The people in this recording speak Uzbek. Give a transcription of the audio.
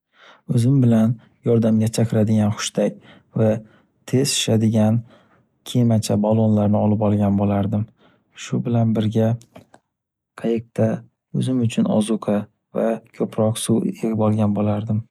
O’zim bilan yordamga chaqiradigan hushtak va tez shishadigan kemacha, balonlarni olib olgan bo’lardim. Shu bilan birga qayiqda o’zim uchun ozuqa va ko’proq suv yig’ib olgan bo’lardim.